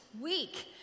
Week